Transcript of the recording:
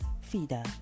Fida